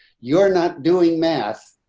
you're not doing math.